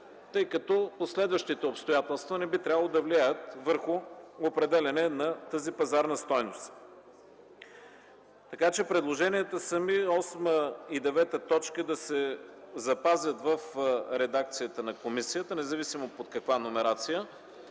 тъй като последващите обстоятелства не би трябвало да влияят върху определянето на тази пазарна стойност. Предложенията ми са точки 8 и 9 да се запазят в редакцията на комисията, независимо под каква номерация.